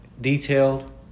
detailed